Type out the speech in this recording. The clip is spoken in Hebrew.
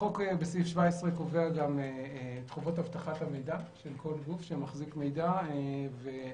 החוק בסעיף 17 קובע את חובות אבטחת המידע של כל גוף שמחזיק מידע ומחייב